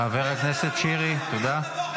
חבר הכנסת שירי, תודה.